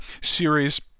series